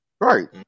Right